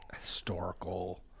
historical